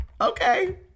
okay